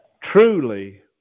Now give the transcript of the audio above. truly